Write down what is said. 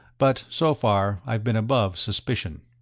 but so far, i've been above suspicion.